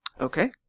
Okay